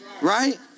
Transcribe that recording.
Right